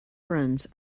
friends